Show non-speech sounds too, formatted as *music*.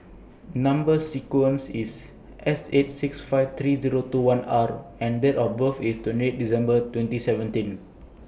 Number sequence IS S eight six five three Zero two one R *unintelligible* and Date of birth IS twenty eight December twenty seventeen